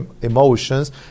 emotions